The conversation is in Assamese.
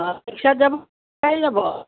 অঁ ৰিক্সাত যাবনে খোজকাঢ়ি যাব